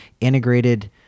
integrated